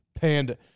Panda